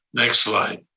next slide.